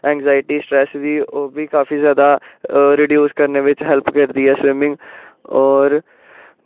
anxiety stress दी ओह् बी काफी ज्यादा रडीऊज करने बिच्च हैल्प करदी ऐ स्विमिंग होर